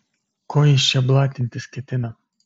ko jis čia blatintis ketina